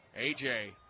AJ